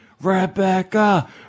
Rebecca